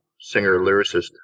singer-lyricist